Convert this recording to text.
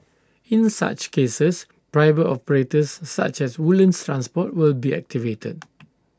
in such cases private operators such as Woodlands transport will be activated